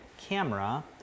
camera